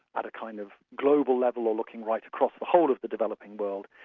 at a kind of global level, we're looking right across the whole of the developing world,